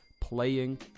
playing